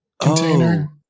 container